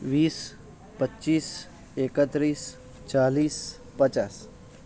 વીસ પચીસ એકત્રીસ ચાલીસ પચાસ